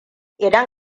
idan